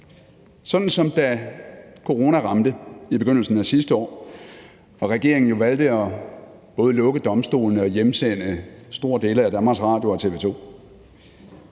sådan som da corona ramte i begyndelsen af sidste år og regeringen jo valgte at både lukke domstolene og hjemsende store dele af Danmarks Radio og TV 2.